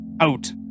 Out